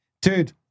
Dude